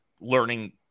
learning